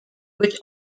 which